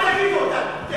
זה